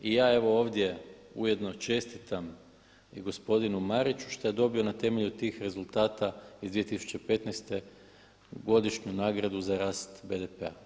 I ja evo ovdje ujedno čestitam i gospodinu Mariću što je dobio na temelju tih rezultata iz 2015. godišnju nagradu za rast BDP-a.